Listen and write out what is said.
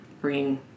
bring